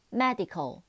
medical